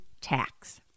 tax